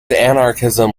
anarchism